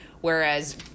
Whereas